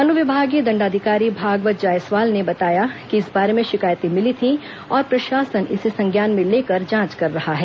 अनुविभागीय दंडाधिकारी भागवत जायसवाल ने बताया कि इस बारे में शिकायतें मिली थीं और प्रशासन ने इसे संज्ञान में लेकर जांच कर रहा है